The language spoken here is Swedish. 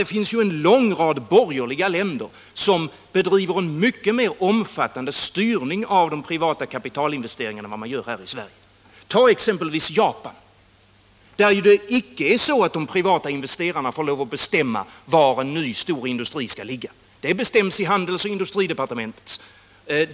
Det finns en lång rad borgerliga länder som bedriver en mycket mer omfattande styrning av de privata kapitalinvesteringarna än vad man gör här i Sverige. I exempelvis Japan får de privata investerarna inte bestämma var en ny stor industri skall ligga. Det bestäms av handelsoch industridepartementet.